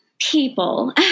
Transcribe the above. people